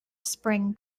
spring